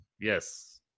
Yes